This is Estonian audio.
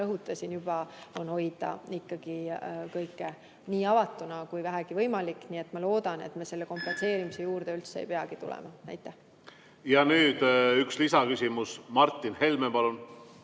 Nüüd üks lisaküsimus. Martin Helme, palun!